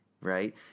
right